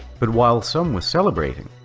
but while some were celebrating,